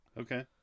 Okay